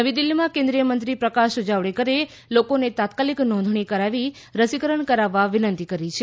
નવી દિલ્હીમાં કેન્દ્રીય મંત્રી પ્રકાશ જાવડેકરે લોકોને તાત્કાલિક નોંધણી કરાવી રસીકરણ કરાવવા વિનંતી કરી છે